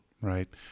Right